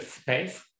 space